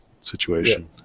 situation